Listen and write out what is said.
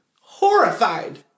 horrified